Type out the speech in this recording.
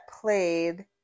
played